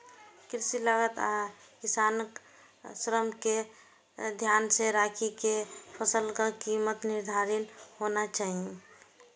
कृषि लागत आ किसानक श्रम कें ध्यान मे राखि के फसलक कीमत निर्धारित होना चाही